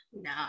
No